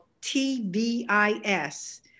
TVIS